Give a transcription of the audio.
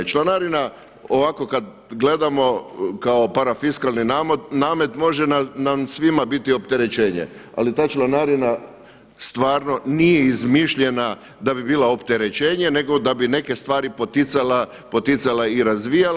Članarina ovako kada gledamo kao parafiskalni namet može nam svima biti opterećenje, ali ta članarina stvarno nije izmišljanja da bi bila opterećenje nego da bi neke stvari poticala i razvijala.